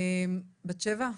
בת שבע,